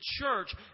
church